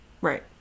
Right